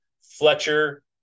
Fletcher